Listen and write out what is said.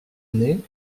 année